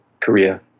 Korea